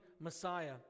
Messiah